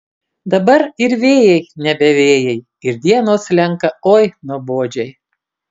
dabar ir vėjai nebe vėjai ir dienos slenka oi nuobodžiai